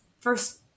First